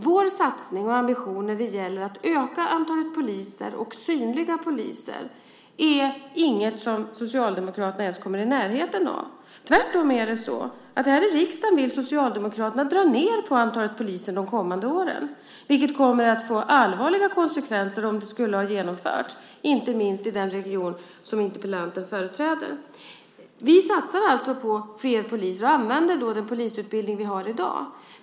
Vår satsning och vår ambition när det gäller att öka antalet poliser, och synliga poliser, är inget som Socialdemokraterna ens kommer i närheten av. Tvärtom vill Socialdemokraterna här i riksdagen dra ned antalet poliser de kommande åren, vilket skulle få allvarliga konsekvenser om det genomfördes, inte minst i den region som interpellanten företräder. Vi satsar alltså på fler poliser och använder då den polisutbildning vi har i dag.